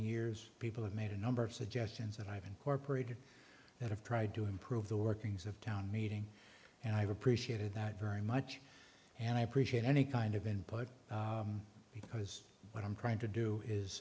years people have made a number of suggestions that i've incorporated that i've tried to improve the workings of town meeting and i've appreciated that very much and i appreciate any kind of input because what i'm trying to do is